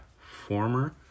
former